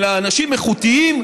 אלא האנשים איכותיים,